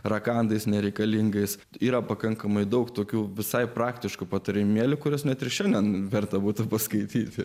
rakandais nereikalingais yra pakankamai daug tokių visai praktiškų patarė mielių kurias net ir šiandien verta būtų paskaityti